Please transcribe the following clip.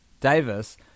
Davis